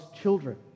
children